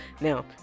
now